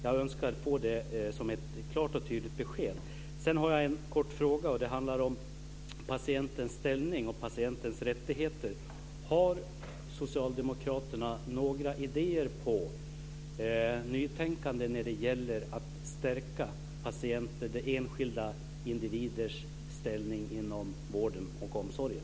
Jag önskar få det som ett klart och tydligt besked. Sedan har jag en kort fråga som handlar om patientens ställning och patientens rättigheter. Har socialdemokraterna några idéer om nytänkande när det gäller att stärka patienters, enskilda individers, ställning inom vården och omsorgen?